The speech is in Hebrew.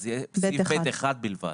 אלא זה יהיה סעיף (ב)(1) בלבד.